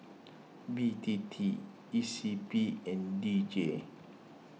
B T T E C P and D J